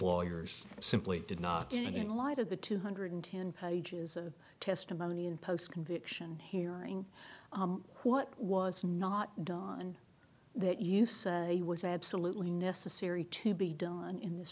lawyers simply did not do it in light of the two hundred and ten pages of testimony and post conviction hearing what was not done that you say was absolutely necessary to be done in this